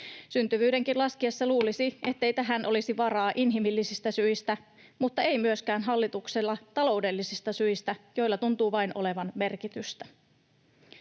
Syntyvyydenkin laskiessa luulisi, ettei tähän olisi varaa inhimillisistä syistä, mutta ei myöskään taloudellisista syistä, joilla tuntuu vain olevan hallitukselle